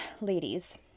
ladies